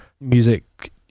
music